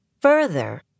Further